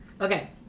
Okay